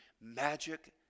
magic